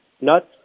nuts